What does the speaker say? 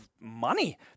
money